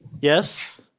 Yes